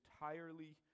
entirely